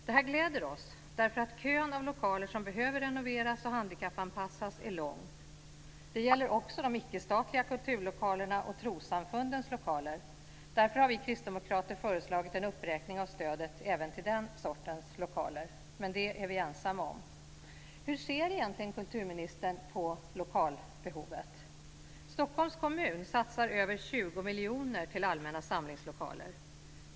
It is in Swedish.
Det här gläder oss, därför att kön av lokaler som behöver renoveras och handikappanpassas är lång. Det gäller också de icke-statliga kulturlokalerna och trossamfundens lokaler. Därför har vi kristdemokrater föreslagit en uppräkning av stödet även till den sortens lokaler, men det är vi ensamma om. Hur ser egentligen kulturministern på lokalbehovet? Stockholms kommun satsar över 20 miljoner till allmänna samlingslokaler.